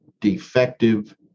defective